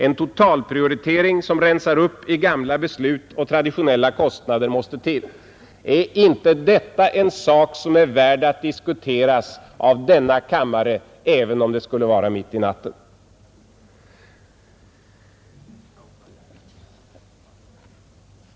En totalprioritering som rensar upp i gamla beslut och ”traditionella” kostnader måste till. Är inte detta en sak som är värd att diskuteras av denna kammare, även om det skulle vara mitt i natten?